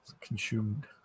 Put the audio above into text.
consumed